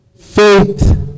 Faith